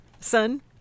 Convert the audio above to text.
son